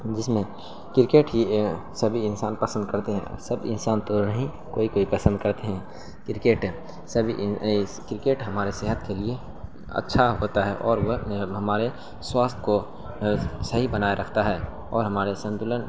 جس میں کرکٹ ہی سبھی انسان پسند کرتے ہیں سب انسان تو نہیں کوئی کوئی پسند کرتے ہیں کرکٹ سب کرکٹ ہمارے صحت کے لیے اچھا ہوتا ہے اور وہ ہمارے سواستھ کو صحیح بنائے رکھتا ہے اور ہمارے سنتلن